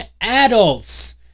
adults